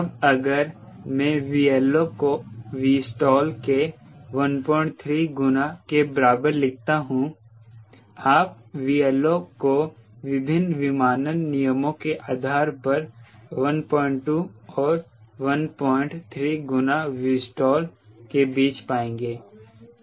अब अगर मैं 𝑉LO को Vstall के 13 गुना के बराबर लिखता हूं आप 𝑉LO को विभिन्न विमानन नियमों के आधार पर 12 और 13 गुना Vstall के बीच पाएंगे